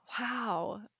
Wow